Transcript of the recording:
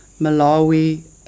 Malawi